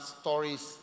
stories